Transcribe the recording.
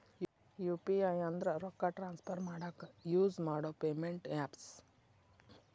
UPI ಅಂದ್ರ ರೊಕ್ಕಾ transfer ಮಾಡಾಕ ಯುಸ್ ಮಾಡೋ ಪೇಮೆಂಟ್ ಆಪ್ಸ್